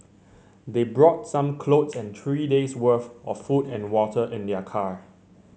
they brought some clothes and three days' worth of food and water in their car